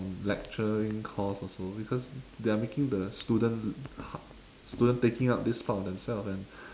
in lecturing cost also because they are making the student ha~ student taking up this part on themselves and